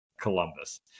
Columbus